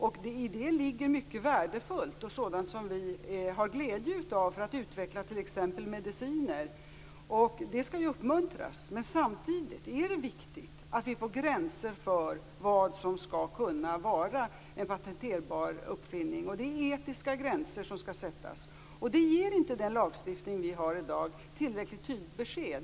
I detta ligger sådant som är mycket värdefullt och som vi har glädje av, t.ex. att utveckla mediciner. Sådant skall ju uppmuntras. Samtidigt är det viktigt att vi får gränser för vad som skall kunna vara en patenterbar uppfinning. Etiska gränser skall sättas. Den lagstiftning som finns i dag ger inte tillräckligt tydligt besked.